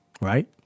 Right